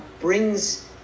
Brings